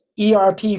ERP